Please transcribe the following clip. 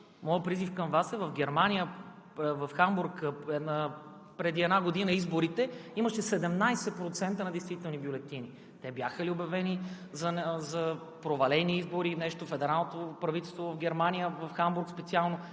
моят призив към Вас е в Германия, в Хамбург, преди една година изборите, имаше 17% недействителни бюлетини. Те бяха ли обявени за провалени избори, федералното правителство в Германия, в Хамбург специално,